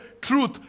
truth